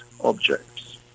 objects